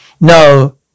No